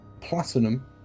Platinum